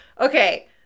Okay